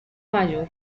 mayor